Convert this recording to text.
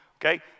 Okay